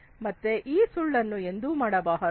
ಮತ್ತೆ ಈ ಸುಳ್ಳನ್ನು ಎಂದೂ ಮಾಡಬಾರದು